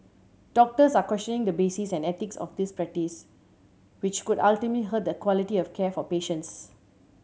doctors are questioning the basis and ethics of this practice which could ultimately hurt the quality of care for patients